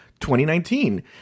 2019